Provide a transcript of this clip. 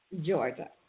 Georgia